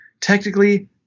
technically